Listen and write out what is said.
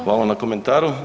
Hvala na komentaru.